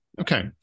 Okay